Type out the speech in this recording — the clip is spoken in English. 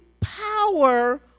power